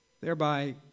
Thereby